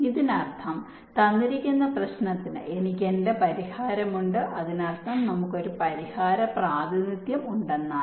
ഇതിനർത്ഥം തന്നിരിക്കുന്ന പ്രശ്നത്തിന് എനിക്ക് എന്റെ പരിഹാരമുണ്ട് അതിനർത്ഥം നമുക്ക് ഒരു പരിഹാര പ്രാതിനിധ്യം ഉണ്ടെന്നാണ്